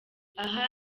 aha